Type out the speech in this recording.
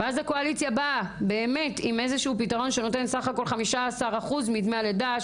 ואז הקואליציה באה עם איזשהו פתרון שנותן בסך-הכול 15% מדמי הלידה,